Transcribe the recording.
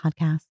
podcast